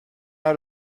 out